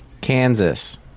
Kansas